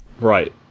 Right